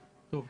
משפט אחרון.